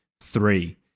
Three